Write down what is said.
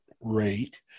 rate